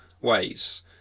ways